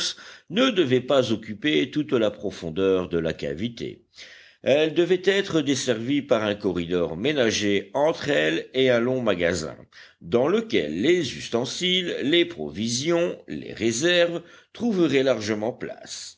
ne devaient pas occuper toute la profondeur de la cavité elles devaient être desservies par un corridor ménagé entre elles et un long magasin dans lequel les ustensiles les provisions les réserves trouveraient largement place